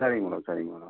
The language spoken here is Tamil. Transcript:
சரிங்க மேடம் சரிங்க மேடம்